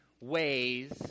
ways